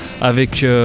avec